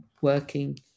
working